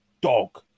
dog